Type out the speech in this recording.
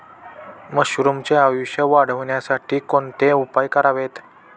मशरुमचे आयुष्य वाढवण्यासाठी कोणते उपाय करावेत?